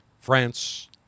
France